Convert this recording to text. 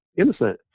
innocent